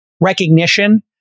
recognition